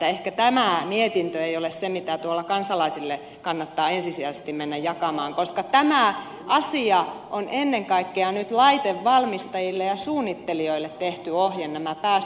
ehkä tämä mietintö ei ole se mitä tuolla kansalaisille kannattaa ensisijaisesti mennä jakamaan koska tämä asia on ennen kaikkea nyt laitevalmistajille ja suunnittelijoille tehty ohje nämä päästörajoitukset